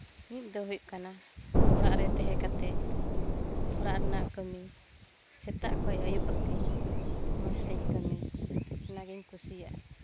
ᱢᱤᱫ ᱫᱚ ᱦᱩᱭᱩᱜ ᱠᱟᱱᱟ ᱚᱲᱟᱜ ᱨᱮ ᱛᱟᱦᱮᱸ ᱠᱟᱛᱮ ᱚᱲᱟᱜ ᱨᱮᱱᱟᱜ ᱠᱟᱹᱢᱤ ᱠᱷᱚᱱ ᱟᱹᱭᱩᱵ ᱦᱟᱹᱵᱤᱡ ᱢᱚᱡᱽᱛᱮᱧ ᱠᱟᱹᱢᱤ ᱚᱱᱟᱜᱮᱧ ᱠᱩᱥᱤᱟᱜᱼᱟ